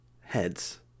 heads